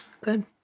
Good